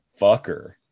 fucker